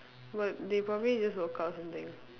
but they probably just woke up or something